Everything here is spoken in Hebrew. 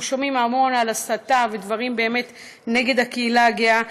אנחנו שומעים המון על הסתה ודברים נגד הקהילה הגאה,